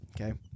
Okay